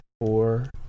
four